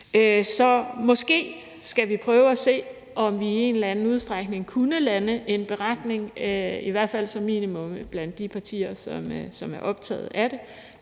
Så måske skal vi prøve at se, om vi i en eller anden udstrækning kunne lande en beretning, i hvert fald som minimum, blandt de partier, som er optaget af det,